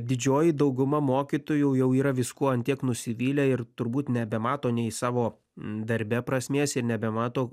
didžioji dauguma mokytojų jau yra viskuo ant tiek nusivylę ir turbūt nebemato nei savo darbe prasmės ir nebemato